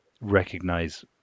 recognize